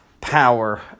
power